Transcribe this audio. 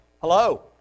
hello